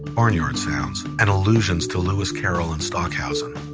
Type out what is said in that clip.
barnyard sounds and allusions to lewis carroll and stockhausen,